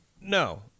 no